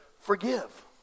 Forgive